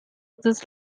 this